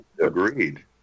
agreed